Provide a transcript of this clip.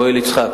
לאוהל יצחק,